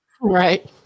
right